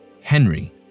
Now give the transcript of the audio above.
Henry